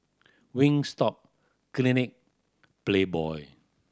Wingstop Clinique Playboy